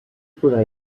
podrà